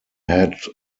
had